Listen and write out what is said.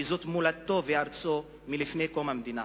כי זאת מולדתו וארצו מלפני קום המדינה.